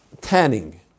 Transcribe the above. tanning